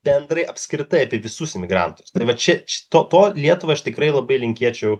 bendrai apskritai apie visus imigrantus ir vat čia šito po lietuvai aš tikrai labai linkėčiau